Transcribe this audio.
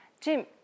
Jim